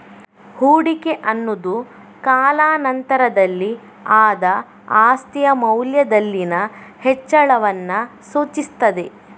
ಹೂಡಿಕೆ ಅನ್ನುದು ಕಾಲಾ ನಂತರದಲ್ಲಿ ಆದ ಆಸ್ತಿಯ ಮೌಲ್ಯದಲ್ಲಿನ ಹೆಚ್ಚಳವನ್ನ ಸೂಚಿಸ್ತದೆ